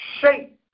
shape